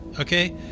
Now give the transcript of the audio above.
Okay